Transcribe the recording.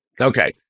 Okay